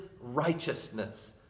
righteousness